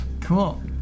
Cool